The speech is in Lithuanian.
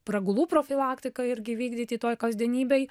pragulų profilaktiką irgi vykdyti toj kasdienybėj